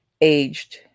aged